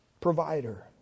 provider